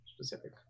specific